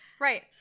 right